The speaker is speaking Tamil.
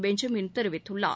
பெஞ்சமின் தெரிவித்துள்ளார்